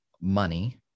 Money